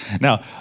Now